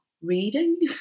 Reading